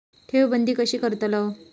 ठेव बंद कशी करतलव?